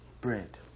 bread